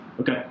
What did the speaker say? Okay